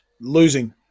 losing